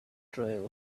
trail